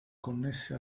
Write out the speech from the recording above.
connesse